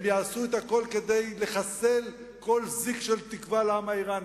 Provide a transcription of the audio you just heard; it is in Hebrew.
הם יעשו הכול כדי לחסל כל זיק של תקווה לעם האירני.